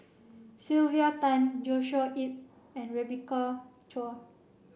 Sylvia Tan Joshua Ip and Rebecca Chua